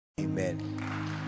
amen